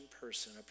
person